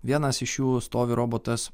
vienas iš jų stovi robotas